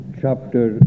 chapter